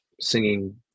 singing